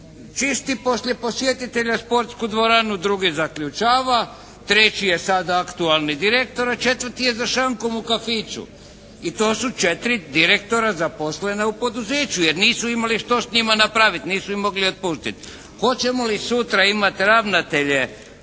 čisti poslije posjetitelja sportsku dvoranu, drugi zaključaka, treći je sad aktualni direktor, a četvrti je za šankom u kafiću i to su četiri direktora zaposlena u poduzeću, jer nisu imali što s njima napraviti. Nisu ih mogli otpustiti. Hoćemo li sutra imati ravnatelje